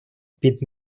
під